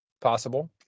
Possible